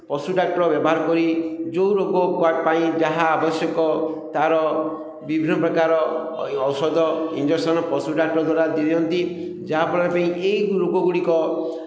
ପଶୁ ଡାକ୍ତର ବ୍ୟବହାର କରି ଯେଉଁ ରୋଗ ପାଇଁ ଯାହା ଆବଶ୍ୟକ ତା'ର ବିଭିନ୍ନ ପ୍ରକାର ଔଷଧ ଇଞ୍ଜେକ୍ସନ୍ ପଶୁ ଡାକ୍ତର ଦ୍ୱାରା ଦେଇ ଦିଅନ୍ତି ଯାହାଫଳରେ ଏହି ରୋଗ ଗୁଡ଼ିକ